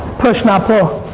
push not pull